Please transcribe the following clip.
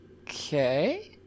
Okay